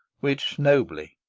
which nobly,